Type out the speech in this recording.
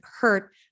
hurt